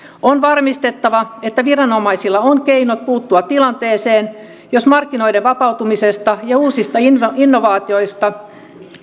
on varmistettava että viranomaisilla on keinot puuttua tilanteeseen jos markkinoiden vapautumisesta ja uusista innovaatioista